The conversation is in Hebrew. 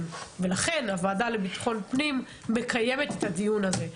ולכן הוועדה לביטחון הפנים מקיימת את הדיון הזה,